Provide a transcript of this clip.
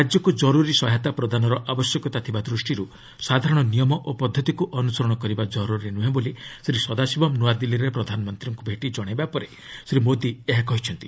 ରାଜ୍ୟକୁ ଜରୁରୀ ସହାୟତା ପ୍ରଦାନର ଆବଶ୍ୟକତା ଦୃଷ୍ଟିରୁ ସାଧାରଣ ନିୟମ ଓ ପଦ୍ଧତିକୁ ଅନୁସରଣ କରିବା ଜରୁରୀ ନୁହେଁ ବୋଲି ଶ୍ରୀ ସଦାଶିବମ୍ ନୂଆଦିଲ୍ଲୀରେ ପ୍ରଧାନମନ୍ତ୍ରୀଙ୍କୁ ଭେଟି ଜଣାଇବା ପରେ ଶ୍ରୀ ମୋଦି ଏହା କହିଛନ୍ତି